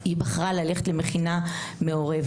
היא בחרה ללכת למכינה מעורבת.